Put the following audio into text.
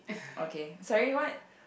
okay sorry what